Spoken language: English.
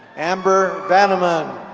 amber vannaman